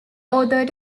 author